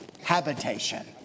habitation